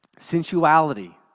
sensuality